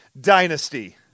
Dynasty